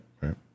Right